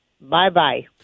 Bye-bye